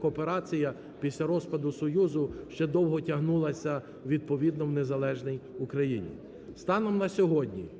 кооперація після розпаду Союзу ще довго тягнулася відповідно у незалежній Україні. Станом на сьогодні